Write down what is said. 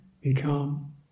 become